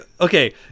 Okay